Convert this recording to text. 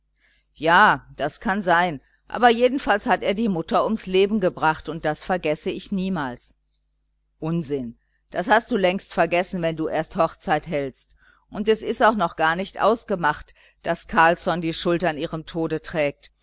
ja das kann sein aber jedenfalls hat er die mutter ums leben gebracht und das vergesse ich niemals unsinn das hast du längst vergessen wenn du erst hochzeit hältst und es ist auch noch gar nicht ausgemacht daß carlsson die schuld an ihrem tode trägt